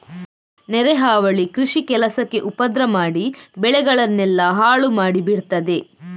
ನೆರೆ ಹಾವಳಿ ಕೃಷಿ ಕೆಲಸಕ್ಕೆ ಉಪದ್ರ ಮಾಡಿ ಬೆಳೆಗಳನ್ನೆಲ್ಲ ಹಾಳು ಮಾಡಿ ಬಿಡ್ತದೆ